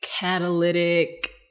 catalytic